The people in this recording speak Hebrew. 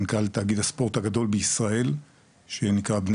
מנכ"ל תאגיד הספורט הגדול בישראל שנקרא בני